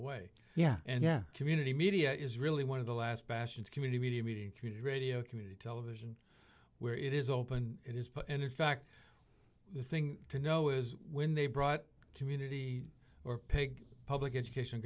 away yeah and yeah community media is really one of the last bastions community meeting community radio community television where it is open and in fact the thing to know is when they brought community or pig public education